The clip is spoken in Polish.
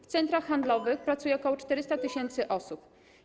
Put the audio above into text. W centrach handlowych pracuje ok. 400 tys. osób.